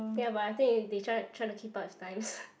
ya but I think they try try to keep up with times